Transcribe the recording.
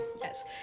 yes